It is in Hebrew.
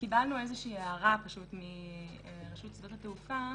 קיבלנו איזושהי הערה פשוט מרשות שדות התעופה,